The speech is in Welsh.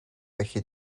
felly